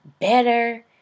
better